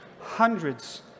hundreds